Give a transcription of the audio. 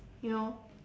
you know